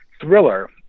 thriller